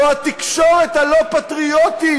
זו התקשורת הלא-פטריוטית,